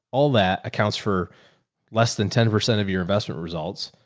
all that accounts for less than ten percent of your investment results?